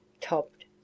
topped